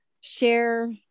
share